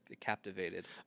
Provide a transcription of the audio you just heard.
captivated